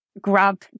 grab